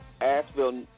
Asheville